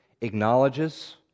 acknowledges